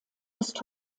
ist